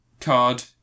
card